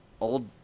old